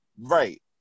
Right